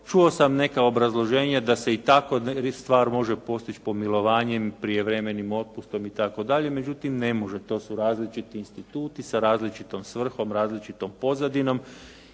Čuo sam neka obrazloženja da se i tako stvar može postići pomilovanjem, prijevremenim otpustom itd. Međutim ne može, to su različiti instituti sa različitom svrhom, različitom pozadinom